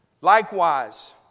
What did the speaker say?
Likewise